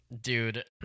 Dude